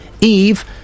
Eve